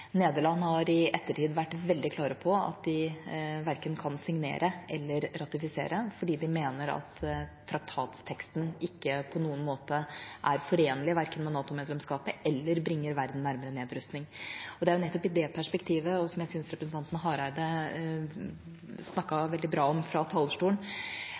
Nederland har i ettertid vært veldig klar på at de verken kan signere eller ratifisere, fordi de mener at traktatteksten ikke på noen måte verken er forenlig med NATO-medlemskap eller bringer verden nærmere nedrustning. Det er nettopp i det perspektivet, som jeg syns representanten Hareide snakket veldig bra om fra talerstolen,